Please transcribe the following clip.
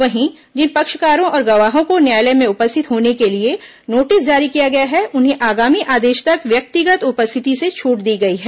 वहीं जिन पक्षकारों और गवाहों को न्यायालय में उपस्थित होने के लिए नोटिस जारी किया गया है उन्हें आगामी आदेश तक व्यक्तिगत उपस्थिति से छूट दी गई है